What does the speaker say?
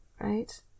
right